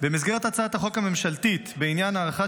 במסגרת הצעת החוק הממשלתית בעניין הארכת